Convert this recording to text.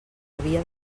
havia